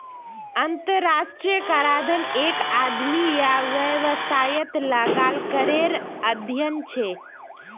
अंतर्राष्ट्रीय कराधन एक आदमी या वैवसायेत लगाल करेर अध्यन छे